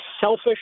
selfish